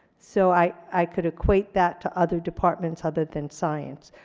so i could equate that to other departments other than science.